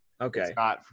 Okay